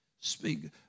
Speak